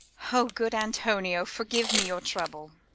o good antonio, forgive me your trouble!